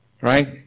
Right